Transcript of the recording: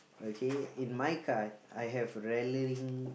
okay in my card I have rallying